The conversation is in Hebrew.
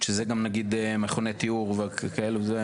שזה גם, נגיד, מכוני טיהור וכאלו?